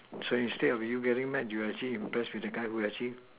so instead of you getting mad you actually impressed with the guy who actually